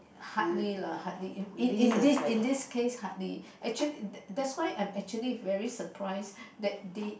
hardly lah hardly in in in this in this case hardly actually that's why I'm actually very surprised that they